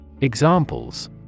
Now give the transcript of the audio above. Examples